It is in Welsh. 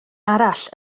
arall